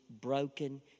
broken